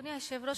אדוני היושב-ראש,